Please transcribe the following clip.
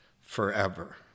forever